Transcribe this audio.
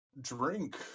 Drink